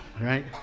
right